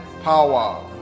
power